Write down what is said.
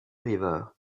river